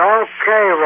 okay